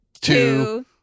two